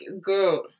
girl